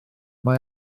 mae